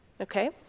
okay